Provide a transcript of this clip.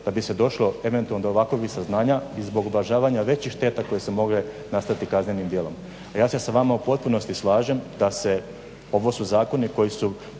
da bi se došlo eventualno do ovakvih saznanja i zbog ublažavanja većih šteta koje su mogle nastati kaznenim djelom. A ja se sa vama u potpunosti slažem da su ovo zakoni koji su